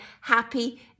Happy